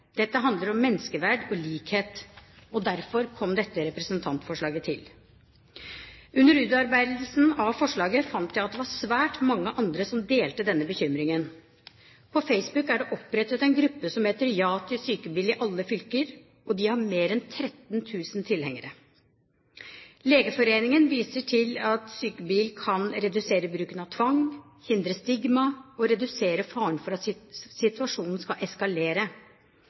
Dette handler om menneskeverd og likhet. Derfor kom dette representantforslaget til. Under utarbeidelsen av forslaget fant jeg at det var svært mange andre som delte denne bekymringen. På Facebook er det opprettet en gruppe som heter JA til psykebil i alle fylker NÅ!, og de har mer enn 13 000 tilhengere. Legeforeningen viser til at «psykebil» kan redusere bruken av tvang, hindre stigma og redusere faren for at situasjonen skal eskalere.